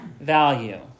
value